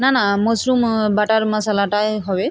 না না mushroom butter মাশালাটাই হবে